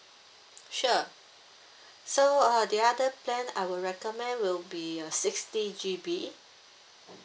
sure so uh the other plan I would recommend will be uh sixty G_B